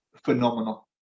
phenomenal